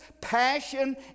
passion